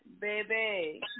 Baby